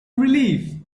relief